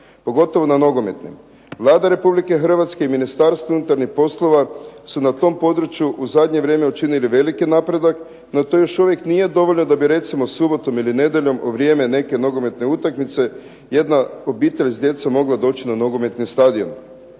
pogotovo na nogometnim. Vlada Republike Hrvatske i Ministarstvo unutarnjih poslova su na tom području u zadnje vrijeme učinili veliki napredak, no to još uvijek nije dovoljno da bi recimo subotom ili nedjeljom u vrijeme neke nogometne utakmice jedna obitelj s djecom mogla doći na nogometni stadion,